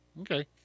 Okay